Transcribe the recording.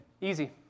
easy